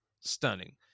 stunning